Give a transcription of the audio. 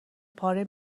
پاره